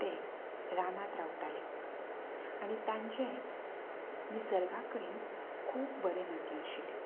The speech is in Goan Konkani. ते रानांत रावताले आनी तांचें निसर्गा कडेन खूब बरें नातें आशिल्लें